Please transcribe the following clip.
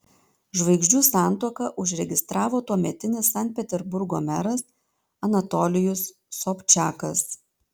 žvaigždžių santuoką užregistravo tuometinis sankt peterburgo meras anatolijus sobčakas